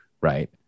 right